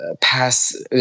pass